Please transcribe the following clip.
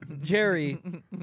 Jerry